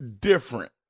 different